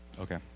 Okay